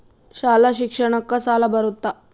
ಶಾಲಾ ಶಿಕ್ಷಣಕ್ಕ ಸಾಲ ಬರುತ್ತಾ?